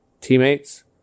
teammates